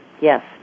yes